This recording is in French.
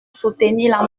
soutenir